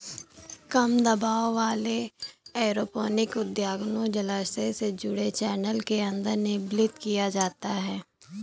कम दबाव वाले एरोपोनिक उद्यानों जलाशय से जुड़े चैनल के अंदर निलंबित किया जाता है